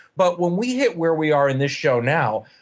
but when we hit where we are in this show now,